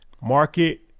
Market